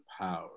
power